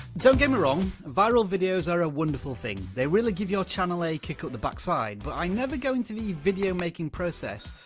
don't get me wrong, viral videos are a wonderful thing. they really give your channel a kick the backside. but i never go into the video making process,